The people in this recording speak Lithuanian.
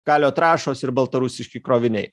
kalio trąšos ir baltarusiški kroviniai